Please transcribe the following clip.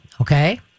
Okay